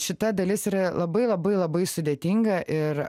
šita dalis yra labai labai labai sudėtinga ir